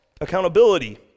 accountability